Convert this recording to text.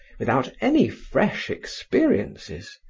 without any fresh experiences,